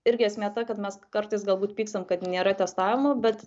irgi esmė ta kad mes kartais galbūt pykstam kad nėra testavimo bet